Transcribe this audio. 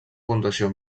puntuació